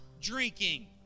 drinking